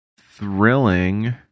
thrilling